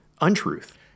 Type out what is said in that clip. untruth